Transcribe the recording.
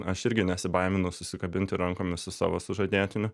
aš irgi nesibaiminu susikabinti rankomis su savo sužadėtiniu